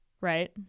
right